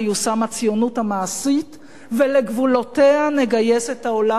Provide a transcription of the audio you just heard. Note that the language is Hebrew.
תיושם הציונות המעשית ולגבולותיה נגייס את העולם.